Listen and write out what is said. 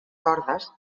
cordes